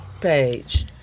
page